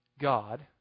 God